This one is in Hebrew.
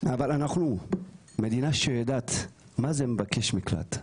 אבל אנחנו מדינה שיודעת מה זה מבקש מקלט,